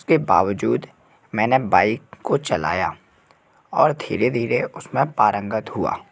उसके बावजूद मैंने बाइक को चलाया और धीरे धीरे उसमें पारंगत हुआ